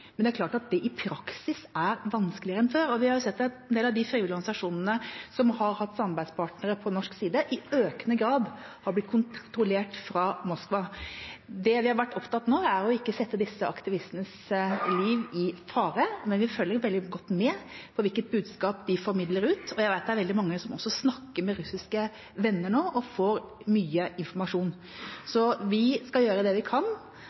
men det er klart at det i praksis er vanskeligere enn før. Vi har sett at en del av de frivillige organisasjonene som har hatt samarbeidspartnere på norsk side, i økende grad har blitt kontrollert fra Moskva. Det vi har vært opptatt av nå, er å ikke sette disse aktivistenes liv i fare, men vi følger veldig godt med på hvilket budskap de formidler ut. Jeg vet det er veldig mange som også snakker med russiske venner nå og får mye informasjon. Vi skal gjøre det vi kan